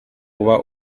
uba